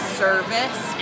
service